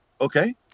okay